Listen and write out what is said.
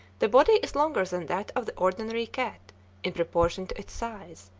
the body is longer than that of the ordinary cat in proportion to its size,